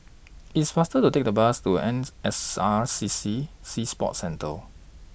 It's faster to Take The Bus to ends S R C C Sea Sports Centre